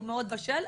הוא מאוד בשל,